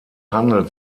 handelt